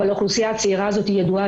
אבל האוכלוסייה הצעירה הזאת ידועה,